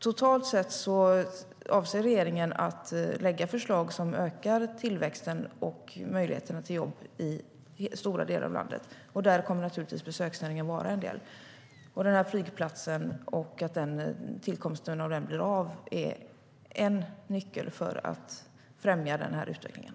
Totalt sett avser regeringen att lägga förslag som ökar tillväxten och möjligheterna till jobb i stora delar av landet. I det kommer besöksnäringen naturligtvis att vara en del. Att se till att den här flygplatsen blir av är en nyckelåtgärd för att främja utvecklingen.